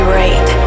right